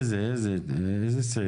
איזה סעיף?